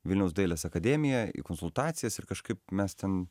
vilniaus dailės akademiją į konsultacijas ir kažkaip mes ten